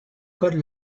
con